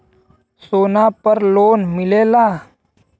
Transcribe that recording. सोना पर लोन मिलेला?